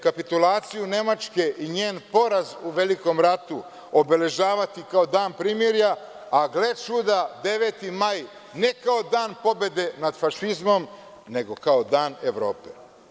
Kapitulaciju Nemačke i njen poraz u Velikom ratu obeležavati kao dan primirja, a gle čuda, 9. maj, ne kao Dan pobede nad fašizmom, nego kao dan Evrope.